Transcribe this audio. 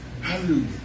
Hallelujah